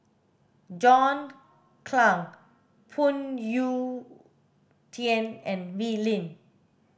John Clang Phoon Yew Tien and Wee Lin